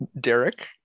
Derek